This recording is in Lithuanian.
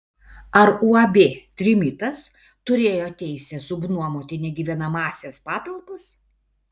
ar uab trimitas turėjo teisę subnuomoti negyvenamąsias patalpas